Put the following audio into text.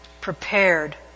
prepared